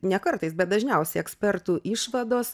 ne kartais bet dažniausiai ekspertų išvados